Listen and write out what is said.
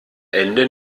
ende